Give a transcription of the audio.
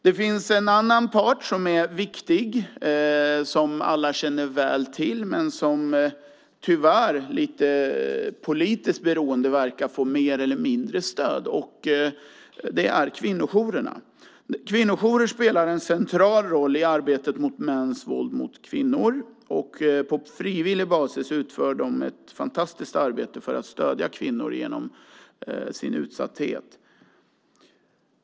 Det finns en annan part som är viktig som alla känner väl till men som tyvärr, lite beroende på politiska förhållanden, verkar få mer eller mindre stöd, och det är kvinnojourerna. Kvinnojourer spelar en central roll i arbetet med mäns våld mot kvinnor. På frivillig basis utför de ett fantastiskt arbete för att stödja kvinnor i deras utsatthet.